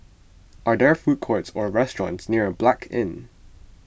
are there food courts or restaurants near Blanc Inn